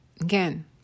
Again